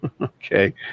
Okay